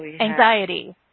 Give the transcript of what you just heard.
anxiety